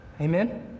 Amen